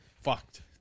fucked